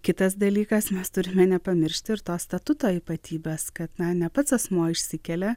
kitas dalykas mes turime nepamiršti ir to statuto ypatybės kad na ne pats asmuo išsikelia